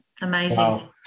Amazing